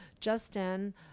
Justin